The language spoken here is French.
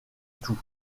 tout